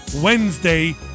Wednesday